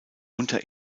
unter